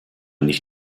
nicht